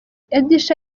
edsha